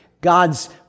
God's